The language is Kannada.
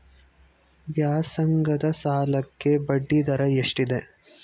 ವ್ಯಾಸಂಗದ ಸಾಲಕ್ಕೆ ಬಡ್ಡಿ ದರ ಎಷ್ಟಿದೆ?